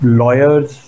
lawyers